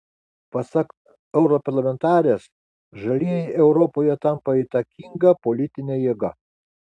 pasak europarlamentarės žalieji europoje tampa įtakinga politine jėga